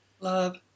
Love